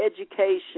education